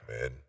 man